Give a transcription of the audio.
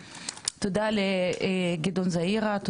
תודה לעו"ד נועה בן שבת,